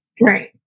Right